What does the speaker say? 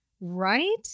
right